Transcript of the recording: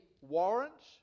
warrants